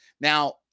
now